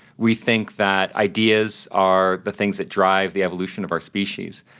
we think that ideas are the things that drive the evolution of our species,